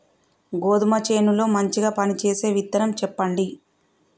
గోధుమ చేను లో మంచిగా పనిచేసే విత్తనం చెప్పండి?